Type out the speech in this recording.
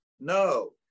No